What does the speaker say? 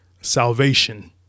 salvation